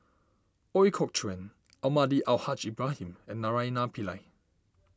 Ooi Kok Chuen Almahdi Al Haj Ibrahim and Naraina Pillai